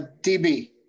DB